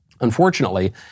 Unfortunately